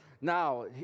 now